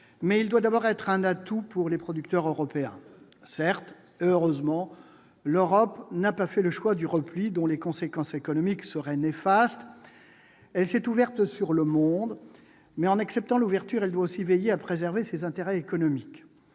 Mais il doit d'abord être un atout pour les producteurs européens. Certes- et heureusement !-, l'Europe n'a pas fait le choix du repli, dont les conséquences économiques seraient néfastes. Elle s'est ouverte sur le monde. Mais, en acceptant l'ouverture, elle doit aussi veiller à préserver ses intérêts économiques.